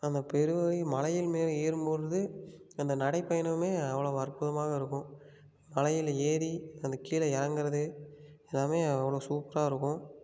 அந்த பெருவழி மலையில் மேல் ஏறும்பொழுது அந்த நடைப்பயணமே அவ்வளவு அற்புதமாக இருக்கும் மலையில் ஏறி அந்த கீழே இறங்கறது எல்லாமே அவ்வளோ சூப்பரா இருக்கும்